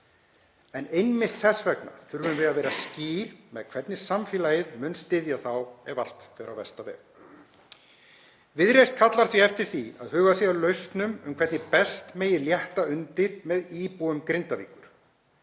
en einmitt þess vegna þurfum við að vera skýr með hvernig samfélagið mun styðja þá ef allt fer á versta veg. Viðreisn kallar því eftir því að hugað sé að lausnum um hvernig best megi létta undir með íbúum Grindavíkur,